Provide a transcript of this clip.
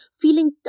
feeling